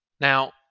Now